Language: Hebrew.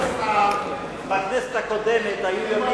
בכנסת הקודמת היו ימים,